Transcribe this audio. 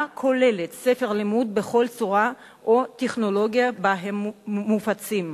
כוללת ספרי לימוד בכל צורה או טכנולוגיה שבה הם מופצים.